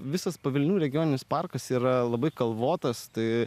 visas pavilnių regioninis parkas yra labai kalvotas tai